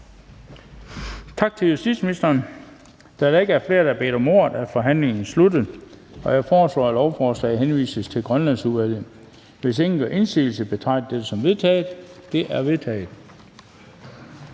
Tak til erhvervsministeren. Da der ikke er flere, der har bedt om ordet, er forhandlingen sluttet. Jeg foreslår, at lovforslaget henvises til Grønlandsudvalget. Hvis ingen gør indsigelse, betragter jeg dette som vedtaget. Det er vedtaget.